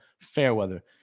Fairweather